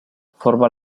forma